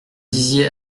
disiez